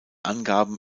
angaben